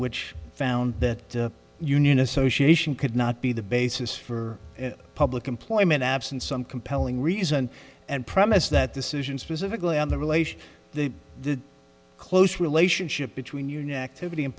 which found that union association could not be the basis for public employment absent some compelling reason and premise that decision specifically on the relation to the close relationship between you know activity and